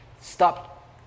stop